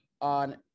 on